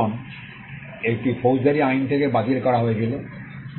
এখন এটি ফৌজদারি আইন থেকে বাতিল করা হয়েছিল